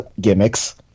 gimmicks